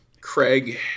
Craig